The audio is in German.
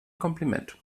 kompliment